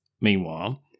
meanwhile